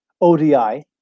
ODI